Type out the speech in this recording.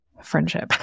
friendship